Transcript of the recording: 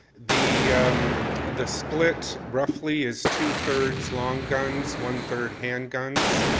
the um the split roughly is two third long guns, one third handguns.